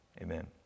amen